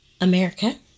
America